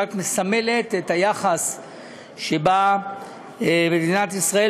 היא רק מסמלת את היחס של מדינת ישראל